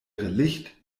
licht